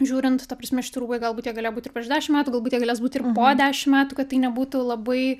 žiūrint ta prasme šiti rūbai galbūt jie galėjo būt ir prieš dešim metų galbūt jie galės būt ir po dešim metų kad tai nebūtų labai